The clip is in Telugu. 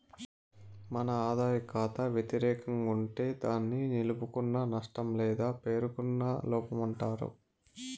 మన ఆదాయ కాతా వెతిరేకం గుంటే దాన్ని నిలుపుకున్న నష్టం లేదా పేరుకున్న లోపమంటారు